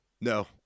No